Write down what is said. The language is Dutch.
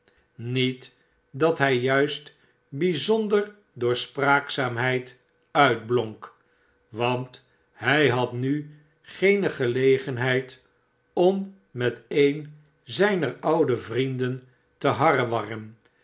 niet dat hij juist bijzonder door spraakzaamheid uitblonk want hij had nu geene gelegenheid om met een zijner oude vrienden te harrewarren